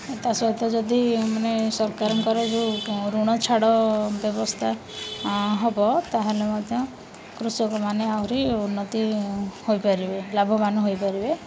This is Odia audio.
ତା' ସହିତ ଯଦି ମାନେ ସରକାରଙ୍କର ଯେଉଁ ଋଣ ଛାଡ଼ ବ୍ୟବସ୍ଥା ହେବ ତା'ହେଲେ ମଧ୍ୟ କୃଷକମାନେ ଆହୁରି ଉନ୍ନତି ହୋଇପାରିବେ ଲାଭବାନ ହୋଇପାରିବେ